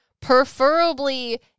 preferably